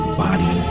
body